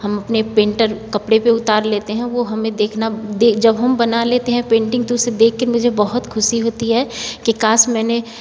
हम अपने पेंटर कपड़े पर उतार लेते हैं वह हमे देखना दे जब हम बना लेते हैं पेंटिंग तो उसे देख के मुझे बहुत ख़ुशी होती है की काश मैंने